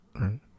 right